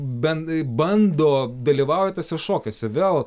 ben bando dalyvauja tuose šokiuose vėl